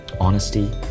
honesty